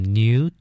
new